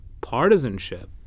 partisanship